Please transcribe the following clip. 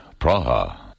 Praha